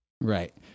Right